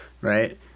right